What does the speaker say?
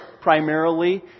primarily